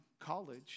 college